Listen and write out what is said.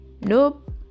nope